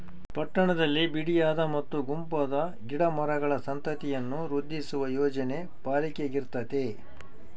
ಪಟ್ಟಣದಲ್ಲಿ ಬಿಡಿಯಾದ ಮತ್ತು ಗುಂಪಾದ ಗಿಡ ಮರಗಳ ಸಂತತಿಯನ್ನು ವೃದ್ಧಿಸುವ ಯೋಜನೆ ಪಾಲಿಕೆಗಿರ್ತತೆ